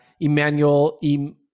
Emmanuel